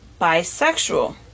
bisexual